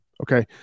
okay